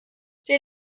der